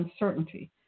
uncertainty